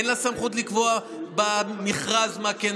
אין לה סמכות לקבוע במכרז מה כן,